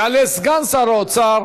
יעלה סגן שר האוצר,